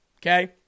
Okay